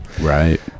right